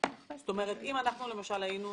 אם היינו